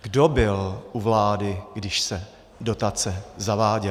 Kdo byl u vlády, když se dotace zaváděly?